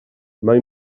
mai